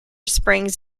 springs